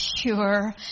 pure